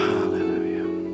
Hallelujah